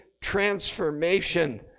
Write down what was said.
transformation